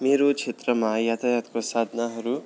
मेरो क्षेत्रमा यातायात को साधनहरू